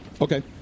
Okay